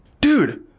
Dude